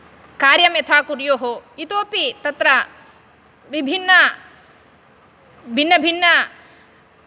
कार्यं यथा कुर्युः इतोपि तत्र विभिन्न भिन्नभिन्न